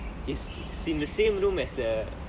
he's in the same room as the